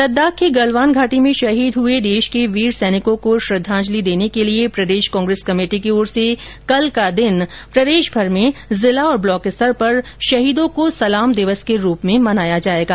लद्दाख की गलवान घाटी में शहीद हुए देश के वीर सैनिकों को श्रद्धांजलि देने के लिए प्रदेश कांग्रेस कमेटी की ओर से कल का दिन प्रदेशभर में जिला और ब्लॉक स्तर पर शहीदों को सलाम दिवस के रूप में मनाया जायेगा